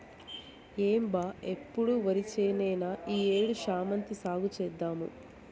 ఏం బా ఎప్పుడు ఒరిచేనేనా ఈ ఏడు శామంతి సాగు చేద్దాము